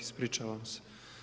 Ispričavam se.